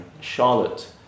Charlotte